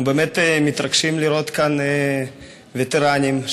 אנחנו באמת מתרגשים לראות כאן וטרנים,